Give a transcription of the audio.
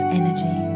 energy